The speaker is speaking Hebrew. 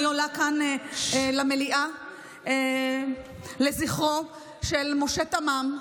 אני עולה כאן למליאה לזכרו של משה תמם,